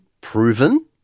proven